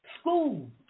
School